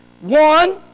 One